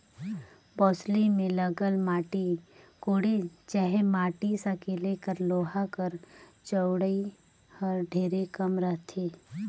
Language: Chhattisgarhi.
बउसली मे लगल माटी कोड़े चहे माटी सकेले कर लोहा कर चउड़ई हर ढेरे कम रहथे